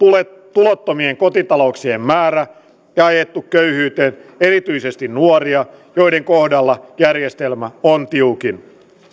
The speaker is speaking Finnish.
tulottomien kotitalouksien määrä ja ajettu köyhyyteen erityisesti nuoria joiden kohdalla järjestelmä on tiukin